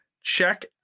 Check